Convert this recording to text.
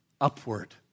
upward